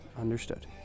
Understood